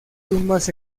tumbas